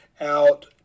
out